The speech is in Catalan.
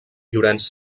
llorenç